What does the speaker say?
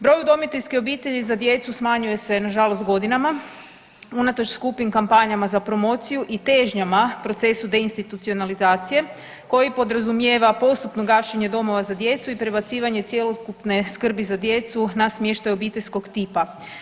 Broj udomiteljskih obitelji za djecu smanjuje se nažalost godinama unatoč skupim kampanjama za promociju i težnjama procesu deintitucionalizacije koji podrazumijeva postupno gašenje domova za djecu i prebacivanje cjelokupne skrbi za djecu na smještaj obiteljskog tipa.